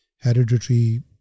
Hereditary